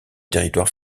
territoire